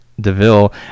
Deville